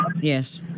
Yes